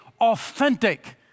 authentic